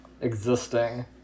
existing